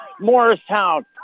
Morristown